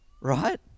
right